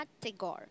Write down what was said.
Tagore